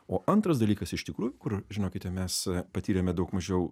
o antras dalykas iš tikrųjų kur žinokite mes patyrėme daug mažiau